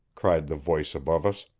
cried the voice above us.